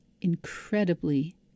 incredibly